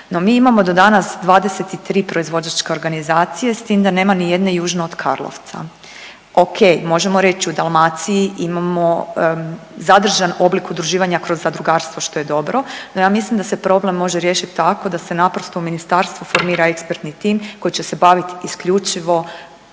No, mi imamo do danas 23 proizvođačke organizacije, s tim da nema nijedne južno od Karlovca. Okej, možemo reći, u Dalmaciji imamo zadržan oblik udruživanja kroz zadrugarstvo, što je dobro, no ja mislim da se problem može riješiti tako da se naprosto u Ministarstvu formira ekspertni tim koji će se baviti isključivo